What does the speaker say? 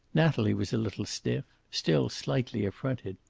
natalie was a little stiff, still slightly affronted.